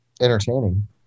Entertaining